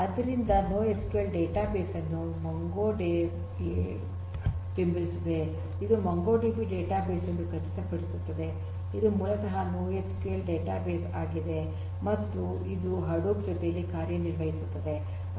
ಆದ್ದರಿಂದ NoSQL database ಅನ್ನು MongoDB ಬೆಂಬಲಿಸುತ್ತದೆ ಇದು ಮೊಂಗೊಡಿಬಿ ಡೇಟಾಬೇಸ್ ಎಂದು ಖಚಿತಪಡಿಸುತ್ತದೆ ಇದು ಮೂಲತಃ ನೊಎಸ್ಕ್ಯೂಎಲ್ ಡೇಟಾಬೇಸ್ ಆಗಿದೆ ಮತ್ತು ಇದು ಹಡೂಪ್ ಜೊತೆಯಲ್ಲಿ ಕಾರ್ಯನಿರ್ವಹಿಸುತ್ತದೆ